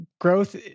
growth